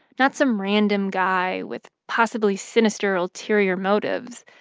not some random guy with possibly sinister ulterior motives.